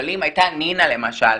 אבל אם הייתה נינה למשל,